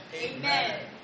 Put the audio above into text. Amen